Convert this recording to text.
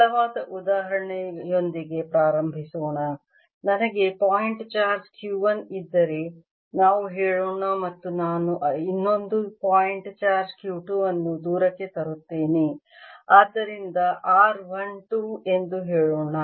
ಸರಳವಾದ ಉದಾಹರಣೆಯೊಂದಿಗೆ ಪ್ರಾರಂಭಿಸೋಣ ನನಗೆ ಪಾಯಿಂಟ್ ಚಾರ್ಜ್ Q 1 ಇದ್ದರೆ ನಾವು ಹೇಳೋಣ ಮತ್ತು ನಾನು ಇನ್ನೊಂದು ಪಾಯಿಂಟ್ ಚಾರ್ಜ್ Q 2 ಅನ್ನು ದೂರಕ್ಕೆ ತರುತ್ತೇನೆ ಅದರಿಂದ r 1 2 ಎಂದು ಹೇಳೋಣ